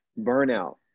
burnout